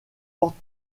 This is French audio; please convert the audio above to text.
porte